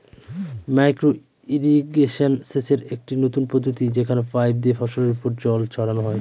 micro irrigation সেচের একটি নতুন পদ্ধতি যেখানে পাইপ দিয়ে ফসলের ওপর জল ছড়ানো হয়